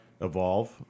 evolve